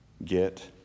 Get